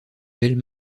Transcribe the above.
belles